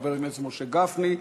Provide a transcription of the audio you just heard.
חבר הכנסת משה גפני,